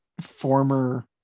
former